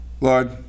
Lord